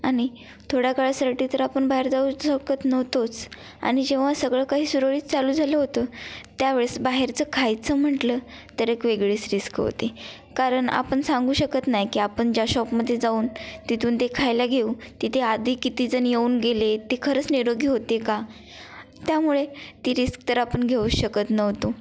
आणि थोड्या काळासाठी तर आपण बाहेर जाऊ शकत नव्हतोच आणि जेव्हा सगळं काही सुरळीत चालू झालं होतं त्यावेळेस बाहेरचं खायचं म्हटलं तर एक वेगळीच रिस्क होती कारण आपण सांगू शकत नाही की आपण ज्या शॉपमध्ये जाऊन तिथून ते खायला घेऊ तिथे आधी कितीजण येऊन गेले ते खरंच निरोगी होते का त्यामुळे ती रिस्क तर आपण घेऊ शकत नव्हतो